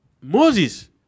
Moses